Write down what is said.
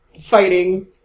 fighting